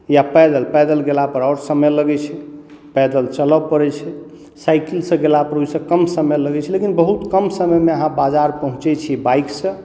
या पैदल पैदल गेला पर आओर समय लगै छै पैदल चलऽ परै छै साइकिल से गेला पर ओहिसँ कम समय लगै छै लेकिन बहुत कम समय मे अहाँ बाजार पहुँचै छी बाइक सॅं